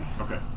Okay